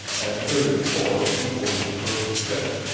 at thirty-four, he owned his first ship.